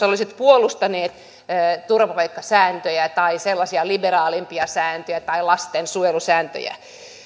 olisitte puolustaneet turvapaikkasääntöjä sellaisia liberaalimpia sääntöjä tai lastensuojelusääntöjä